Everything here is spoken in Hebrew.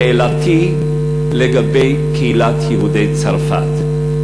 שאלתי היא לגבי קהילת יהודי צרפת,